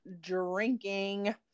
drinking